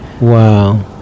Wow